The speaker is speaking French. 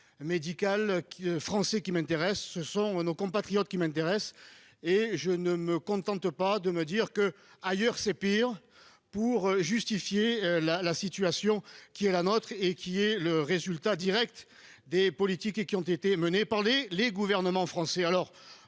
Médical qui français qui m'intéresse ce sont nos compatriotes qui m'intéresse et je ne me contente pas de me dire que ailleurs c'est pire, pour justifier la la situation qui est la nôtre et qui est le résultat Direct des politiques et qui ont été menées par les, les gouvernements français